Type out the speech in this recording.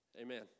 Amen